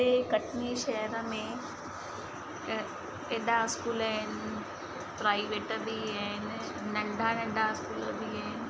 हिते कटनी शहर में ऐॾा स्कूल आहिनि प्राइवेट बि आहिनि नंढा नंढा स्कूल बि आहिनि